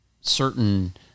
certain